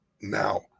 now